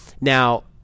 Now